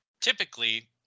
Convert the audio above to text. typically